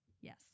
Yes